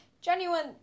genuine